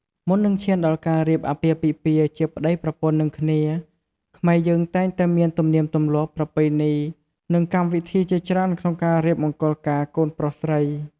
មុននឹងឈានដល់ការរៀបអាពាហ៍ពិពាហ៍ជាប្តីប្រពន្ធនឹងគ្នា ខ្មែរយើងតែងតែមានទំនៀមទំលាប់ ប្រពៃណី និងកម្មវិធីជាច្រើនក្នុងការរៀបមង្គលការកូនប្រុសស្រី។